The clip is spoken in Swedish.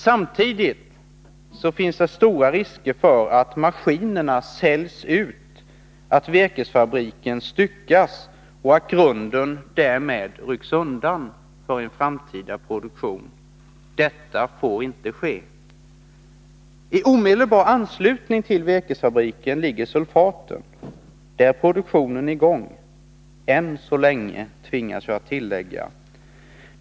Samtidigt finns det stora risker för att maskinerna säljs ut, att virkesfabriken styckas och att grunden därmed rycks undan för en framtida produktion. Detta får inte ske. I omedelbar anslutning till virkesfabriken ligger sulfaten. Där är produktionen i gång — än så länge, tvingas jag tillägga.